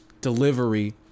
delivery